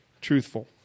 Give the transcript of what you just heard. truthful